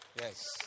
Yes